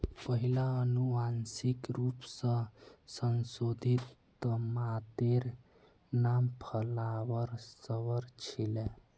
पहिला अनुवांशिक रूप स संशोधित तमातेर नाम फ्लावर सवर छीले